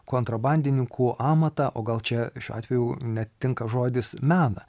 kontrabandininkų amatą o gal čia šiuo atveju net tinka žodis meną